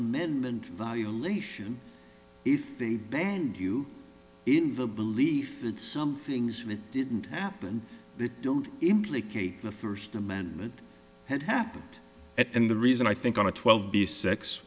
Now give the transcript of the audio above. amendment value lation if they banned you in the belief that some things that didn't happen that don't implicate the first amendment had happened and the reason i think a twelve b sex